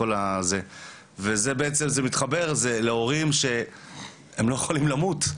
זה מתחבר בעצם להורים שהם לא יכולים למות,